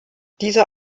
diese